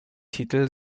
titel